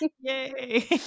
yay